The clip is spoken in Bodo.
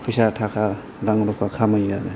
फैसा थाखा रां रुफा खामायो आरो